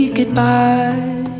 goodbye